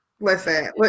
Listen